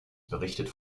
berichtet